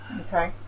Okay